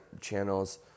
channels